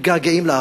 מתגעגעים לעבר,